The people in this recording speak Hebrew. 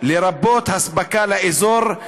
לרבות אספקה לאזור,